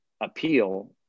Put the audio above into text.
appeal